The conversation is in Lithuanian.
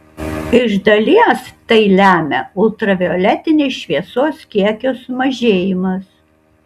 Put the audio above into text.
iš dalies tai lemia ultravioletinės šviesos kiekio sumažėjimas